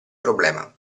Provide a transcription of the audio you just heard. problema